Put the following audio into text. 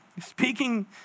speaking